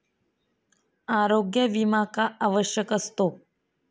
आरोग्य विमा का आवश्यक असतो?